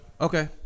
Okay